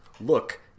Look